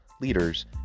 leaders